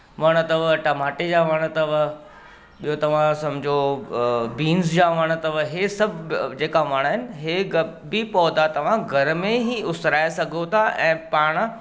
वण अथव टमाटे जा वण अथव ॿियो तव्हां सम्झो अ बींस जा वण अथव हीअ सभु जेका वण आहिनि हे ग बी पौधा तव्हां घर में ई उसराए सघो था ऐं पाण